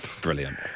Brilliant